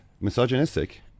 misogynistic